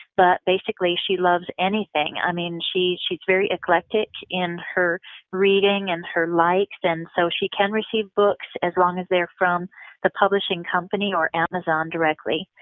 but basically, she loves anything. i mean, she's she's very eclectic in her reading and her likes, and so she can receive books as long as they're from the publishing company or amazon directly.